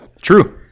True